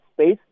space